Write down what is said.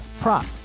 prop